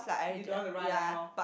you don't want to run anymore